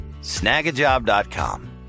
Snagajob.com